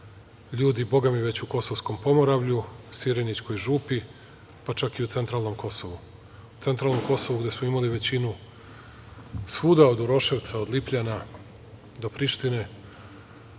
ljudi u Kosovskom pomoravlju, Sirenićkoj župi, pa čak i u centralnom Kosovu. Centralno Kosovo, gde smo imali većinu, svuda, od Uroševca, od Lipljana do Prištine,